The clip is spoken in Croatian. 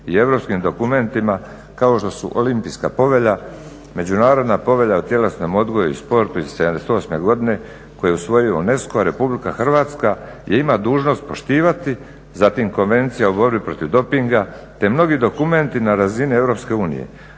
i europskim dokumentima kao što su olimpijska povelja, međunarodna povelja o tjelesnom odgoju i sportu iz 79. godine koji je usvojio UNESCO, RH ima dužnost poštivati, zatim Konvencija o borbi protiv dopinga te mnogi dokumenti na razini EU,